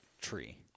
tree